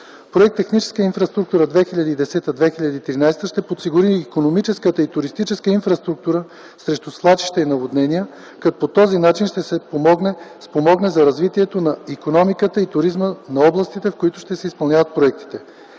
Проект „Техническа инфраструктура 2010-2013” ще подсигури икономическата и туристическа инфраструктура срещу свлачища и наводнения, като по този начин ще се спомогне за развитието на икономиката и туризма на областите, в които ще се изпълняват проектите.